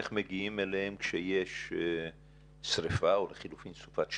איך מגיעים אליהם כשיש שרפה או לחילופין סופת שלגים?